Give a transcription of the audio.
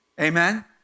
Amen